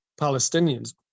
Palestinians